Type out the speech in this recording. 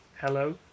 Hello